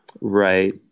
Right